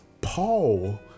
Paul